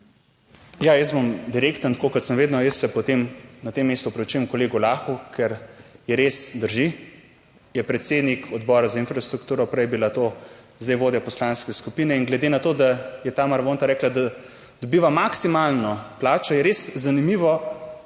Ja, jaz bom direkten, tako kot sem vedno, jaz se potem na tem mestu opravičujem kolegu Lahu, ker je res, drži, je predsednik Odbora za infrastrukturo, prej je bila to zdaj vodja poslanske skupine. In glede na to, da je Tamara Vonta rekla, da dobiva maksimalno plačo, je res zanimivo, **31.